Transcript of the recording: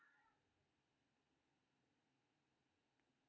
छेद, दरार कें बंद करू आ कीड़ाक नुकाय बला जगह कें खत्म करू